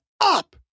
up